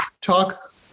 talk